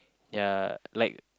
ya like